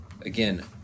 Again